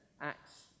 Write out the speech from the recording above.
acts